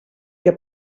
que